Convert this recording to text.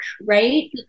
right